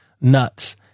nuts